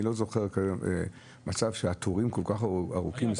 אני לא זוכר מצב שהתורים כל כך ארוכים.